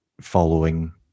following